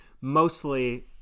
mostly